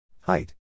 Height